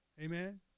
Amen